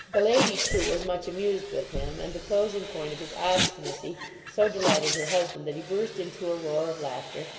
the lady too, was much amused with him and the closing point of his obstinacy so delighted her husband that he burst into a roar of laughter,